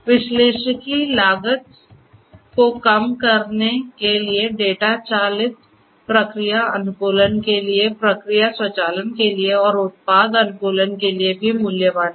विश्लेषिकी लागत को कम करने के लिए डेटा चालित प्रक्रिया अनुकूलन के लिए प्रक्रिया स्वचालन के लिए और उत्पाद अनुकूलन के लिए भी मूल्यवान है